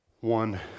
one